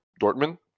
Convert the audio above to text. Dortmund